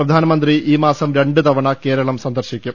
പ്രധാനമന്ത്രി ഈ മാസം രണ്ട് തവണ കേരളം സന്ദർശിക്കും